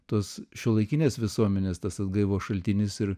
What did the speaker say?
tos šiuolaikinės visuomenės tas atgaivos šaltinis ir